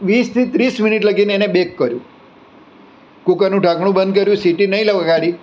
વીસથી ત્રીસ મિનિટ લગી એને બેક કર્યું કુકરનું ઢાંકણું બંધ કર્યું સીટી નહિ લગાડી વગાડી